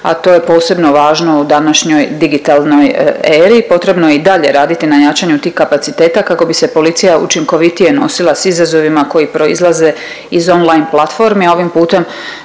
a to je posebno važno u današnjoj digitalnoj eri, potrebno i dalje raditi na jačanju tih kapaciteta kako bi se policija učinkovitije nosila s izazovima koji proizlaze iz online platformi,